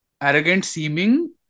arrogant-seeming